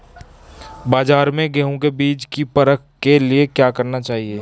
बाज़ार में गेहूँ के बीज की परख के लिए क्या करना चाहिए?